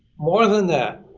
more than that,